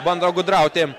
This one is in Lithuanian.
bando gudrauti